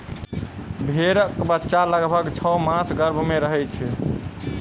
भेंड़क बच्चा लगभग छौ मास गर्भ मे रहैत छै